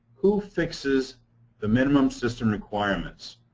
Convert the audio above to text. who fixes the minimum system requirements?